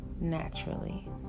naturally